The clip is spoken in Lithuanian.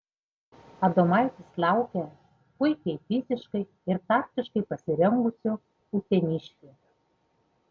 adomaitis laukia puikiai fiziškai ir taktiškai pasirengusių uteniškių